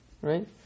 Right